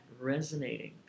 resonating